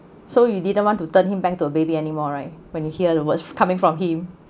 so you didn't want to turn him back to a baby anymore right when you hear the words coming from him